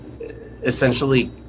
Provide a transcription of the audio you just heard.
essentially